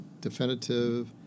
definitive